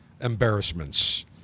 embarrassments